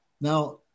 Now